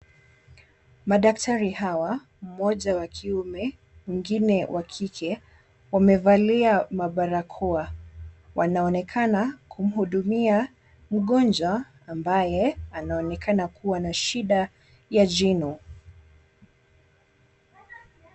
Madaktari hawa mmoja wa kiume, mwingine wa kike wamevalia mabarakoa. Wanaonekana kumhudumia mgonjwa ambaye anaonekana kuwa na shida ya jino.